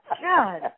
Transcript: God